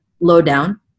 lowdown